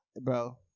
Bro